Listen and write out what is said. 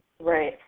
Right